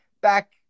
Back